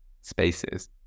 spaces